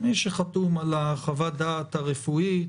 מי שחתום על חוות הדעת הרפואית